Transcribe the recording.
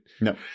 no